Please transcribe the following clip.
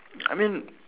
I mean